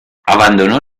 abandonó